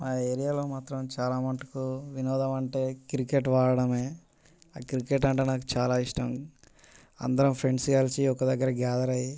మా ఏరియాలో మాత్రం చాలామటుకు వినోదం అంటే క్రికెట్ ఆడడమే క్రికెట్ అంటే నాకు చాల ఇష్టం అందరం ఫ్రెండ్స్ కలిసి ఒకదగ్గర గ్యాదరై